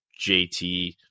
JT